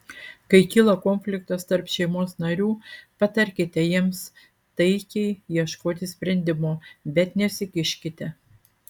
kai kyla konfliktas tarp šeimos narių patarkite jiems taikiai ieškoti sprendimo bet nesikiškite